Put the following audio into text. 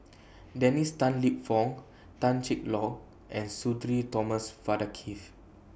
Dennis Tan Lip Fong Tan Cheng Lock and Sudhir Thomas Vadaketh